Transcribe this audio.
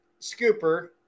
scooper